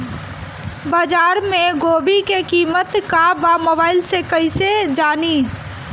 बाजार में गोभी के कीमत का बा मोबाइल से कइसे जानी?